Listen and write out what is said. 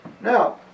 Now